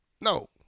no